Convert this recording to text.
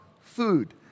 food